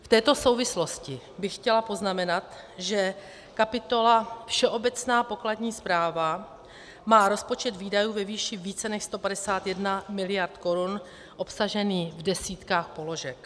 V této souvislosti bych chtěla poznamenat, že kapitola Všeobecná pokladní správa má rozpočet výdajů ve výši více než 151 mld. korun obsažený v desítkách položek.